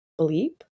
bleep